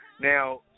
Now